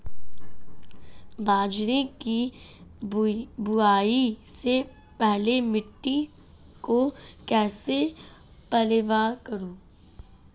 बाजरे की बुआई से पहले मिट्टी को कैसे पलेवा करूं?